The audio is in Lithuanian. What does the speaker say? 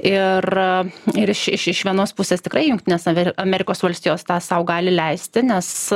ir ir iš iš iš vienos pusės tikrai jungtinės amerikos valstijos tą sau gali leisti nes